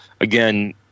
again